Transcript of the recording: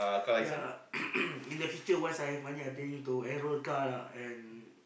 yea in the future once I've money I planning to enrol car lah and